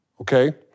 Okay